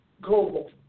global